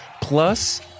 plus